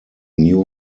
new